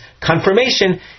confirmation